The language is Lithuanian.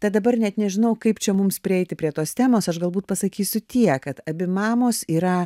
tad dabar net nežinau kaip čia mums prieiti prie tos temos aš galbūt pasakysiu tiek kad abi mamos yra